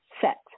set